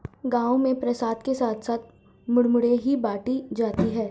गांव में प्रसाद के साथ साथ मुरमुरे ही बाटी जाती है